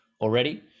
already